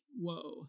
Whoa